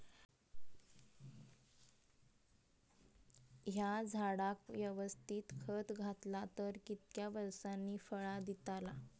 हया झाडाक यवस्तित खत घातला तर कितक्या वरसांनी फळा दीताला?